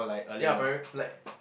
ya primary like